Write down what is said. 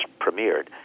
premiered